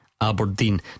Aberdeen